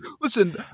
listen